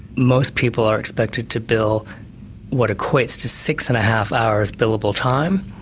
most people are expected to bill what equates to six and a half hours billable time.